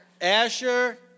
Asher